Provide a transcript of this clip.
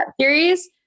series